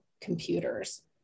computers